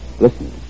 Listen